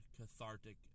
cathartic